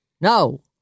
No